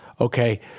okay